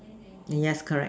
yes correct